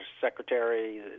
Secretary